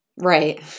Right